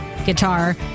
guitar